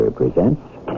presents